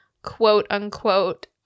quote-unquote